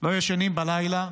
לא ישנים בלילה